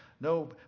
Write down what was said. No